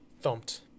thumped